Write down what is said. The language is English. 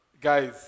Guys